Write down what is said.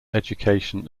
education